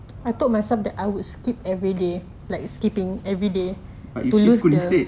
but you still look good instead